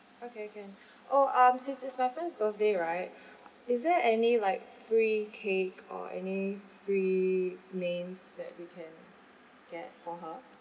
okay can oh um since it's my friend's birthday right is there any like free cake or any free mains that we can get for her